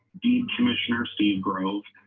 deed commissioner steve grove,